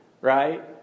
Right